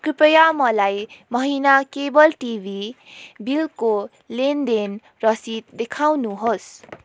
कृपया मलाई महिना केबल टिभी बिलको लेनदेन रसिद देखाउनुहोस्